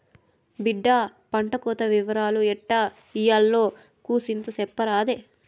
బిడ్డా పంటకోత ఇవరాలు ఎట్టా ఇయ్యాల్నో కూసింత సెప్పరాదే